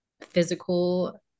physical